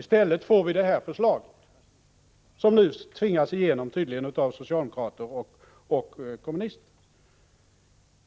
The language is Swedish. I stället får vi det här förslaget, som nu tydligen tvingas igenom av socialdemokrater och kommunister.